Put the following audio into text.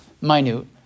minute